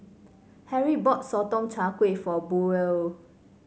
Harry bought Sotong Char Kway for Buell